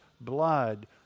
blood